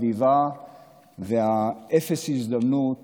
הסביבה והאפס הזדמנות